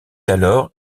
alors